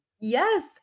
Yes